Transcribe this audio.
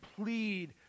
plead